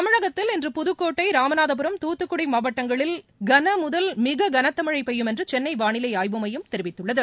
தமிழகத்தில் இன்று புதுக்கோட்டை ராமநாதபுரம் துத்துக்குடிமாவட்டங்களில் கனமுதல் மிககனத்தமழைபெய்யும் என்றுசென்னைவாளிலைஆய்வு மையம் தெரிவித்துள்ளது